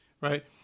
right